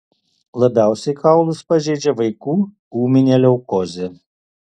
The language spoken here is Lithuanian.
labiausiai kaulus pažeidžia vaikų ūminė leukozė